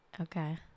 Okay